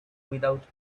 without